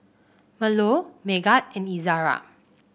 Melur Megat and Izara